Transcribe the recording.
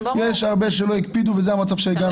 יש הרבה שלא הקפידו ולכן זה המצב שאליו הגענו.